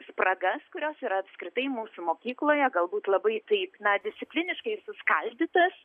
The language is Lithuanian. spragas kurios yra apskritai mūsų mokykloje galbūt labai taip na discipliniškai suskaldytas